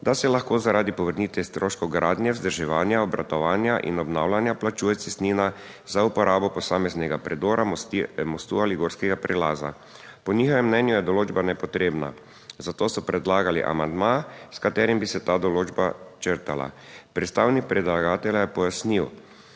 da se lahko zaradi povrnitve stroškov gradnje, vzdrževanja, obratovanja in obnavljanja plačuje cestnina za uporabo posameznega predora, mostu ali gorskega prelaza. Po njihovem mnenju je določba nepotrebna, zato so predlagali amandma s katerim bi se ta določba črtala. Predstavnik predlagatelja je pojasnil,